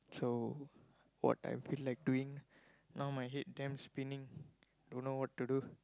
so what I feel like doing now my head damn spinning don't know what to do